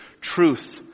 truth